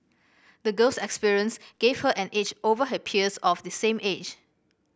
the girl's experience gave her an edge over her peers of the same age